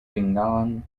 penang